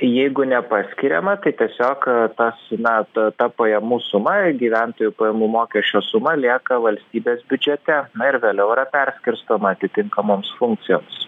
jeigu nepaskiriama tai tiesiog tas na ta ta pajamų suma gyventojų pajamų mokesčio suma lieka valstybės biudžete na ir vėliau yra perskirstoma atitinkamoms funkcijoms